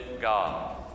God